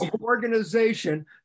organization